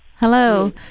Hello